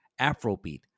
Afrobeat